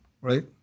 right